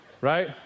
Right